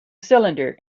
cylinder